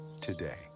today